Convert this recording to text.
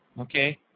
okay